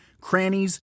crannies